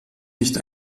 nicht